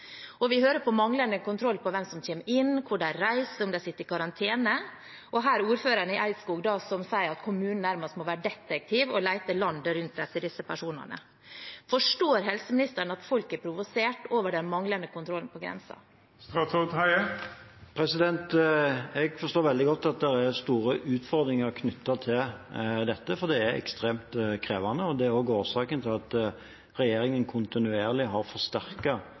Vi hører om manglende kontroll med dem som kommer inn, hvor de har reist og om de sitter i karantene. Ordføreren i Eidskog sier at kommunen nærmest må være detektiv og lete landet rundt etter disse personene. Forstår helseministeren at folk er provosert over den manglende kontrollen på grensen? Jeg forstår veldig godt at det er store utfordringer knyttet til dette, for det er ekstremt krevende. Det er også årsaken til at regjeringen kontinuerlig har